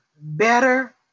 better